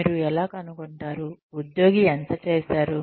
మీరు ఎలా కనుగొంటారు ఉద్యోగి ఎంత చేసారు